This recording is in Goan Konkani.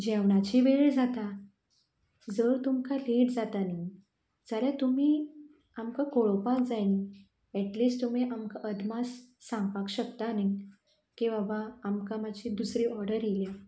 जेवणाची वेळ जाता जर तुमकां लेट जाता न्हू जाल्यार तुमी आमकां कळोवपाक जाय न्ही एटलीश्ट तुमी आमकां अदमास सांगपाक शकता न्ही की बाबा मातशी दुसरी ओर्डर येल्या